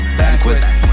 banquets